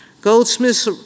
Goldsmith's